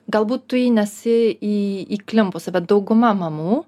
galbūt tu jį nesi į įklimpusi bet dauguma mamų